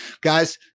guys